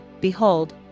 Behold